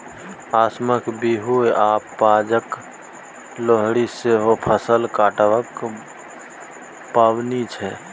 असमक बिहू आ पंजाबक लोहरी सेहो फसल कटबाक पाबनि छै